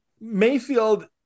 Mayfield